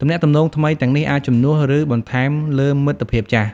ទំនាក់ទំនងថ្មីទាំងនេះអាចជំនួស ឬបន្ថែមលើមិត្តភាពចាស់។